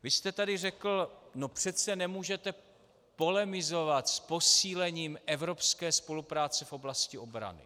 Vy jste tady řekl: přece nemůžete polemizovat s posílením evropské spolupráce v oblasti obrany.